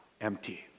empty